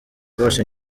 rwose